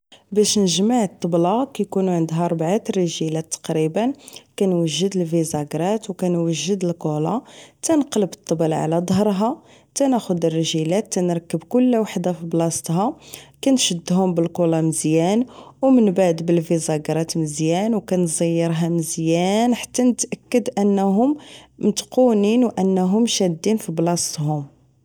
باش نجمع الطبلة كيكونو عندها ربعات رجيلات تقريبا كنوجد كرات ونوجد الكولا تنقلب الطبل على ظهرها تا ناخد رجيلات نركب كل وحدة في بلاصتها كنشدو بالكولا مزيان ومن بعد بالفيزاكرات مزيان او كنزيها مزيان حتى نتاكد انهم متقون وانهم شادين في بلاصتهم